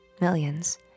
millions